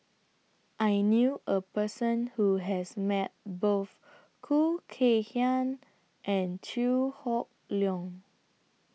I knew A Person Who has Met Both Khoo Kay Hian and Chew Hock Leong